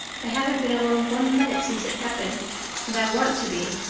i haven't been alone one minute since it happened and i want to be.